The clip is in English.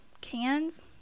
cans